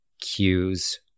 cues